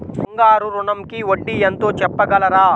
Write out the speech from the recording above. బంగారు ఋణంకి వడ్డీ ఎంతో చెప్పగలరా?